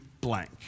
blank